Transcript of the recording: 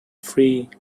free